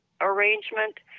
arrangement